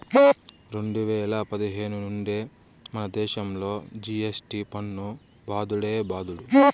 రెండు వేల పదిహేను నుండే మనదేశంలో జి.ఎస్.టి పన్ను బాదుడే బాదుడు